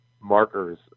markers